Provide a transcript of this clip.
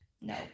No